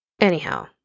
Anyhow